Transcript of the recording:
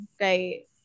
Okay